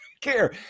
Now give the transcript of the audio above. care